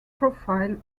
profile